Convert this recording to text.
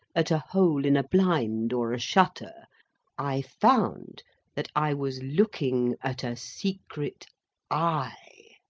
at a hole in a blind or a shutter i found that i was looking at a secret eye.